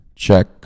Check